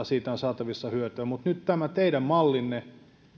siitä on saatavissa hyötyä mutta nyt tämän teidän mallinne